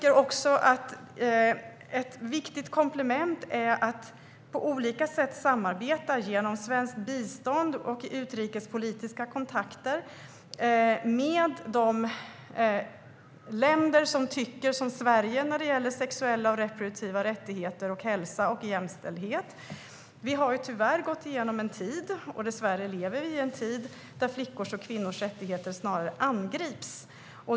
Ett viktigt komplement är att på olika sätt samarbeta genom svenskt bistånd och i utrikespolitiska kontakter med de länder som tycker som Sverige vad gäller sexuella och reproduktiva rättigheter och hälsa och jämställdhet. Vi lever dessvärre i en tid då flickors och kvinnors rättigheter snarare angrips.